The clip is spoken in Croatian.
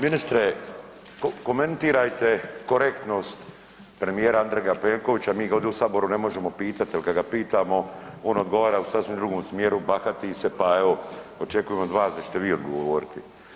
Ministre komentirajte korektnost premijera Andreja Plenkovića, mi ga ovdje u saboru ne možemo pitati jer kad ga pitamo on odgovara u sasvim drugom smjeru, bahtati se pa očekujem od vas da ćete vi odgovoriti.